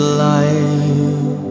life